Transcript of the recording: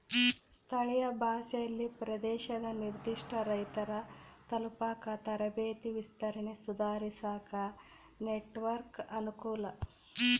ಸ್ಥಳೀಯ ಭಾಷೆಯಲ್ಲಿ ಪ್ರದೇಶದ ನಿರ್ಧಿಷ್ಟ ರೈತರ ತಲುಪಾಕ ತರಬೇತಿ ವಿಸ್ತರಣೆ ಸುಧಾರಿಸಾಕ ನೆಟ್ವರ್ಕ್ ಅನುಕೂಲ